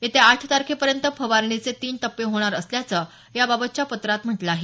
येत्या आठ तारखेपर्यंत फवारणीचे तीन टप्पे होणार असल्याचं याबाबतच्या पत्रात म्हटलं आहे